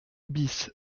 bis